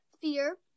fear